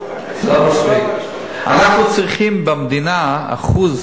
אנחנו צריכים במדינה אחוז